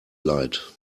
leid